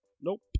Nope